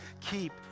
keep